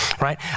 right